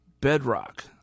bedrock